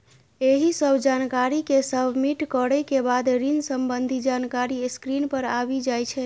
एहि सब जानकारी कें सबमिट करै के बाद ऋण संबंधी जानकारी स्क्रीन पर आबि जाइ छै